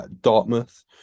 Dartmouth